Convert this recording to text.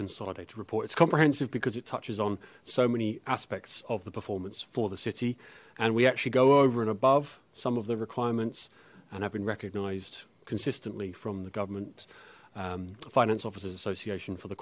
consolidated report it's comprehensive because it touches on so many aspects of the performance for the city and we actually go over and above some of the requirements and have been recognized consistently from the government finance officers association for the